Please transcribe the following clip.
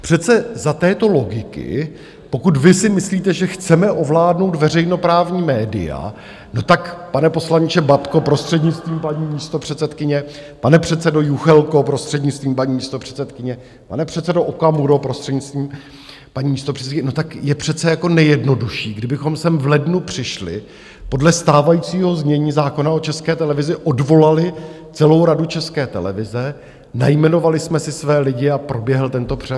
Přece za této logiky, pokud vy si myslíte, že chceme ovládnout veřejnoprávní média, no tak, pane poslanče Babko, prostřednictvím paní místopředsedkyně, pane předsedo Juchelko, prostřednictvím paní místopředsedkyně, pane předsedo Okamuro, prostřednictvím paní místopředsedkyně, no tak je přece jako nejjednodušší, kdybychom sem v lednu přišli, podle stávajícího znění zákona o České televizi odvolali celou Radu České televize, najmenovali jsme si své lidi a proběhl tento převrat.